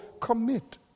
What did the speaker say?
commit